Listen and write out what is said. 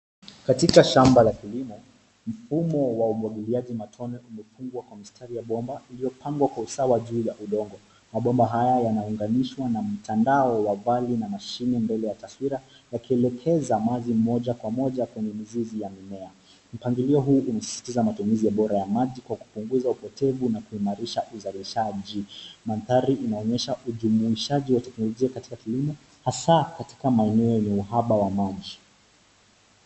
Katika shamba la kilimo, mfumo wa umwagiliaji matone umefungwa kwa mstari ya bomba, iliyopangwa kwa usawa juu ya udongo. Mabomba haya yanaunganishwa na mtandao wa vali na mashini mbele ya taswira, yakielekeza maji moja kwa moja kwenye mizizi ya mimea. Mpangilio huu umesisitiza matumizi bora ya maji kwa kupunguza upotevu na kuimarisha uzalishaji. Mandhari inaonyesha ujumuishaji wa teknolojia katika kilimo, hasaa katika maeneo yenye uhaba wa maji.